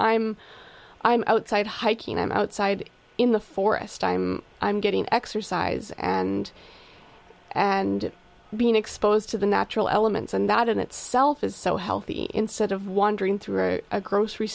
i'm i'm outside hiking i'm outside in the forest i'm i'm getting exercise and and being exposed to the natural elements and that in itself is so healthy instead of wandering through a grocery